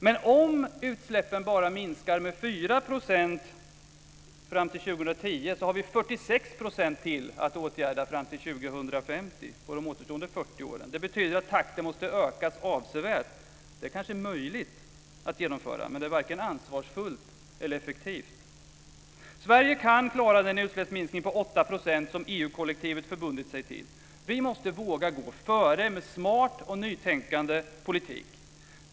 Men om utsläppen bara minskar med 4 % fram till 2010 har vi 46 % till att åtgärda på de återstående 40 åren fram till 2050. Det betyder att takten måste ökas avsevärt. Det är kanske möjligt att genomföra, men det är varken ansvarsfullt eller effektivt. Sverige kan klara den utsläppsminskning på 8 % som EU-kollektivet förbundit sig till. Vi måste våga gå före med en smart och nytänkande politik.